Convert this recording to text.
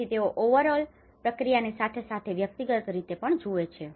તેથી તેઓ overall overall સદંતર પ્રક્રિયાની સાથે સાથે વ્યક્તિગત રીતે પણ જુએ છે